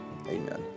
Amen